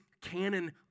canon